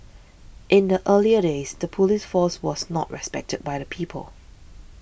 in the earlier days the police force was not respected by the people